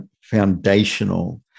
foundational